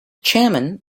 chairman